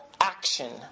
Action